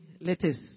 letters